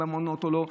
בממונות או לא.